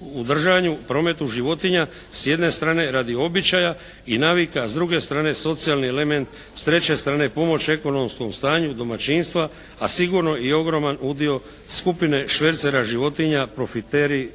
u držanju, prometu životinja s jedne strane radi običaja i navika a s druge strane socijalni element. S treće strane pomoć ekonomskom stanju domaćinstva a sigurno i ogroman udio skupine švercera životinja, profiteri,